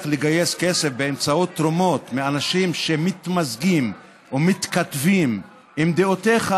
לגייס כסף באמצעות תרומות מאנשים שמתמזגים או מתכתבים עם דעותיך,